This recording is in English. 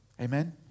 Amen